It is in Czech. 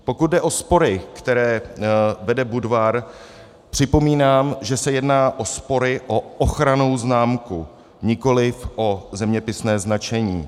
Pokud jde o spory, které vede Budvar, připomínám, že se jedná o spory o ochrannou známku, nikoliv o zeměpisné značení.